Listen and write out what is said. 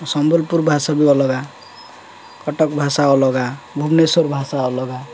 ସମ୍ବଲପୁର ଭାଷା ବି ଅଲଗା କଟକ ଭାଷା ଅଲଗା ଭୁବନେଶ୍ୱର ଭାଷା ଅଲଗା